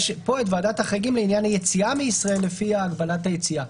ויש פה את ועדת החריגים לעניין היציאה מישראל לפי הגבלת היציאה.